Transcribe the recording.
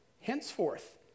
Henceforth